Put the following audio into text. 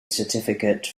certificate